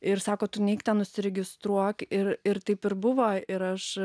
ir sako tu nueik ten užsiregistruok ir ir taip ir buvo ir aš